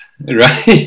right